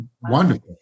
wonderful